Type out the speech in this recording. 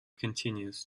continues